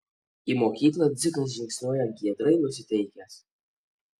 į mokyklą dzikas žingsniuoja giedrai nusiteikęs